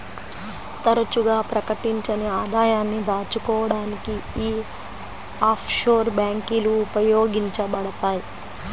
తరచుగా ప్రకటించని ఆదాయాన్ని దాచుకోడానికి యీ ఆఫ్షోర్ బ్యేంకులు ఉపయోగించబడతయ్